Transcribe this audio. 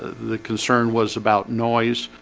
the concern was about noise